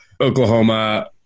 Oklahoma –